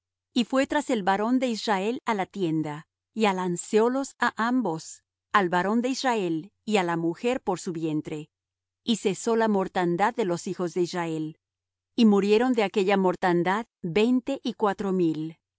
y fué tras el varón de israel á la tienda y alanceólos á ambos al varón de israel y á la mujer por su vientre y cesó la mortandad de los hijos de israel y murieron de aquella mortandad veinte y cuatro mil